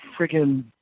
freaking